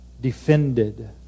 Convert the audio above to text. defended